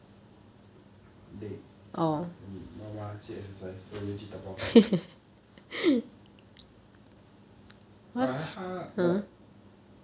累 then 妈妈去 exercise so 没人去打包 but then 他 got